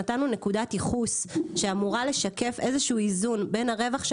נתנו נקודת ייחוס שאמורה לשקף איזשהו איזון בין הרווח של